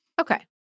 Okay